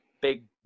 big